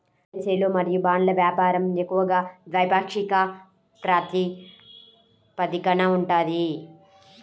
కరెన్సీలు మరియు బాండ్ల వ్యాపారం ఎక్కువగా ద్వైపాక్షిక ప్రాతిపదికన ఉంటది